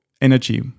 energy